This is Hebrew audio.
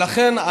לכן,